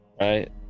right